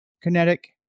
Kinetic